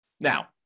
Now